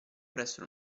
presso